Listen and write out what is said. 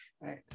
right